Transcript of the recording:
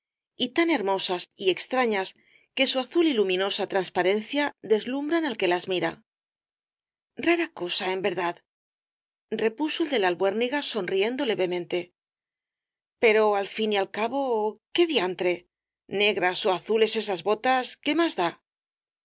y tan hermosas y extrañas que su azul y luminosa transparencia deslumhran al que las mira rara cosa en verdad repuso el de la albuérniga sonriendo levemente pero al fin y al cabo qué diantre negras ó azules esas botas qué más da q